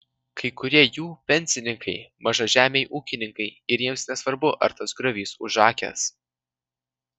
kai kurie jų pensininkai mažažemiai ūkininkai ir jiems nesvarbu ar tas griovys užakęs